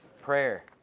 Prayer